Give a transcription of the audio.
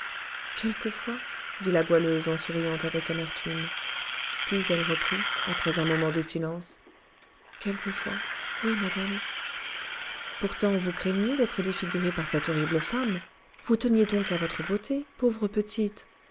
quelquefois dit la goualeuse en souriant avec amertume puis elle reprit après un moment de silence quelquefois oui madame pourtant vous craigniez d'être défigurée par cette horrible femme vous teniez donc à votre beauté pauvre petite